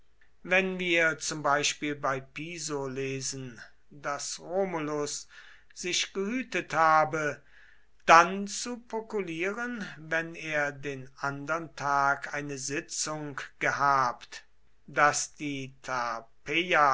wenn wir zum beispiel bei piso lesen daß romulus sich gehütet habe dann zu pokulieren wenn er den andern tag eine sitzung gehabt daß die tarpeia